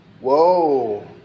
Whoa